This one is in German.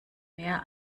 mehr